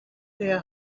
their